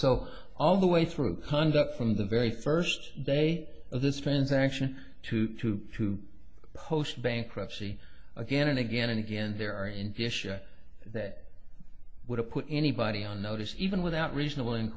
so all the way through conduct from the very first day of this transaction to two who post bankruptcy again and again and again there are in isha that would have put anybody on notice even without reasonable in